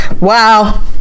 wow